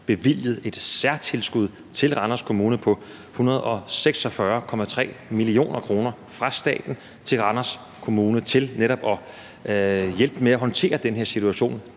bevilget et særtilskud til Randers Kommune på 146,3 mio. kr. fra staten til Randers Kommune til netop at hjælpe med at håndtere den her situation.